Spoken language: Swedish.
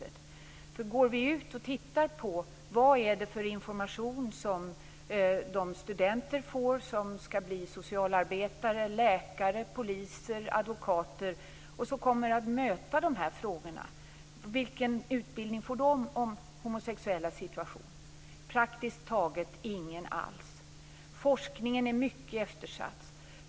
Tittar vi närmare på vad det är för information och vilken utbildning om de homosexuellas situation som de studenter får som skall bli socialarbetare, läkare, poliser och advokater och som kommer att möta de här frågorna, finner vi att det är praktiskt taget ingen alls. Forskningen är mycket eftersatt.